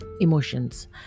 Emotions